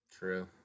True